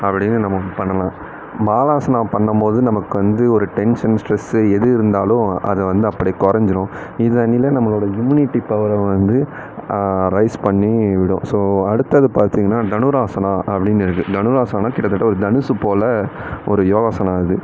அப்படினு நம்ம பண்ணனும் பாலாசனா பண்ணம்போது நமக்கு வந்து ஒரு டென்ஷன் ஸ்ட்ரெஸ் எது இருந்தாலும் அது வந்து அப்படி குறஞ்சிரும் இதனில நம்மளோட இம்யூனிட்டிப் பவர் வந்து ரைஸ் பண்ணி விடும் ஸோ அடுத்தது பாத்திங்கனா தனுராசனா அப்படினு இருக்கு தனுராசனா கிட்டத்தட்ட ஒரு தனுசு போல் ஒரு யோகாசனா இது